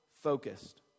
focused